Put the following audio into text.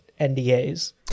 NDAs